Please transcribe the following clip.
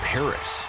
Paris